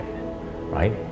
right